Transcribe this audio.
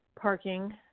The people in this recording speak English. parking